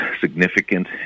significant